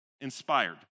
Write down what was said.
inspired